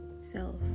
self